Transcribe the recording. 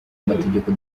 amategeko